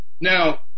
Now